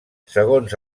segons